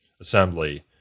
assembly